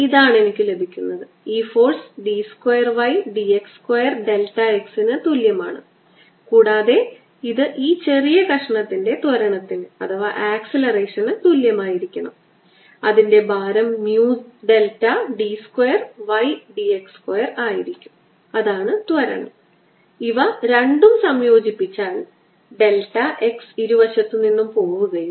അതിനാൽ എനിക്ക് എഴുതാം radial E dot D S D e raise to minus lambda R over R square ഗുണം R unit vector dot D S അത് ആകാൻ പോകുന്നു 4 പൈ ആർ സ്ക്വാർ എല്ലാ റേഡിയലും ആയിരിക്കും